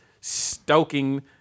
stoking